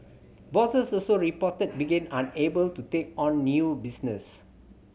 bosses also reported begin unable to take on new business